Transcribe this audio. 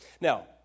Now